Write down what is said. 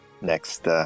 next